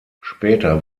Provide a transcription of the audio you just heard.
später